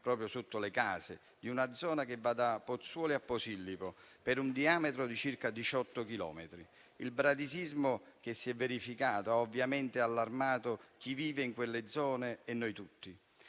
proprio sotto le case di una zona che va da Pozzuoli a Posillipo, per un diametro di circa 18 chilometri; il bradisismo che si è verificato ha ovviamente allarmato chi vive in quelle zone e noi tutti,